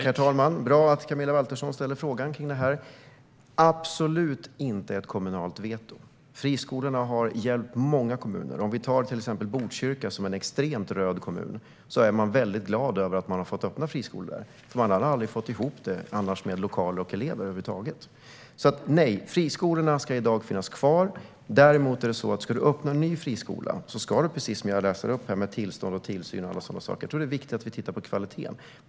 Herr talman! Det är bra att Camilla Waltersson Grönvall frågar om detta. Vi vill absolut inte ha ett kommunalt veto. Friskolorna har hjälpt många kommuner. Som exempel kan jag ta Botkyrka, en extremt röd kommun. Där är man väldigt glad över att man har fått öppna friskolor, för man hade annars aldrig fått ihop det med lokaler och elever över huvud taget. Friskolorna ska finnas kvar. Ska man öppna en ny friskola gäller dock precis det som jag läst upp angående tillstånd, tillsyn och alla sådana saker. Det är viktigt att vi tittar på kvaliteten i friskolorna.